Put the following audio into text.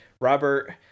Robert